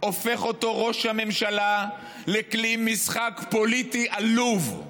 הופך אותו ראש הממשלה לכלי משחק פוליטי עלוב.